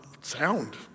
sound